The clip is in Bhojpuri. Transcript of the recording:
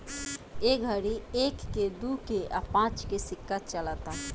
ए घड़ी एक के, दू के आ पांच के सिक्का चलता